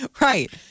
Right